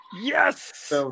yes